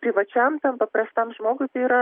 privačiam paprastam žmogui tai yra